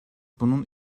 bunun